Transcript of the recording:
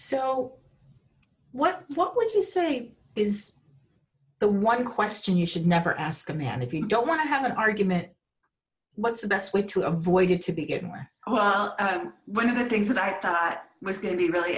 so what what would you say is the one question you should never ask a man if you don't want to have an argument what's the best way to avoid it to begin with well one of the things that i thought was going to be really